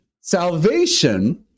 Salvation